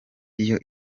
iyo